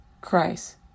Christ